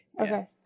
Okay